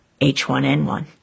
H1N1